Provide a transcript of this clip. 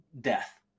death